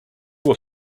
were